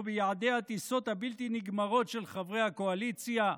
ביעדי הטיסות הבלתי-נגמרות של חברי הקואליציה?